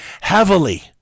heavily